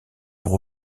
pour